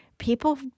people